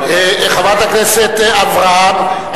חברת הכנסת אברהם,